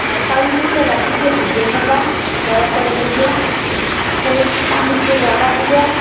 অঁ চাউলকেটা ৰাতিতে ভিজেই থবা বৰা চাউলকিটা থৈ পানীতো যাব দিবা